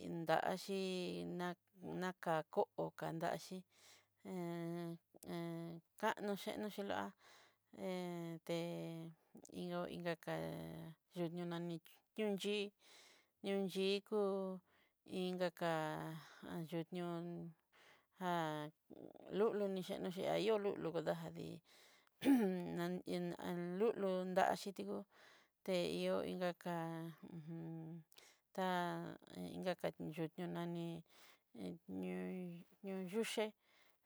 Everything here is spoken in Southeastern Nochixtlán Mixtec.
indaxhíí nakakó kandaxhí hé hé kanó xhé nachélo'á he té inngo inka ká yuñóo nani yunxhí yunxhí kú in kaka yuñon ja lulu nixhanoxí ayo'o kuyú dalí n an lulu daxhii ti'o tehió inka ká nani ñóo yuxé